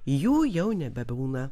jų jau nebebūna